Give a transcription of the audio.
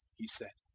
he said,